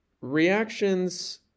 Reactions